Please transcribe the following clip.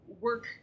work